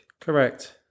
Correct